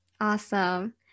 awesome